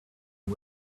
you